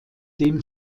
dem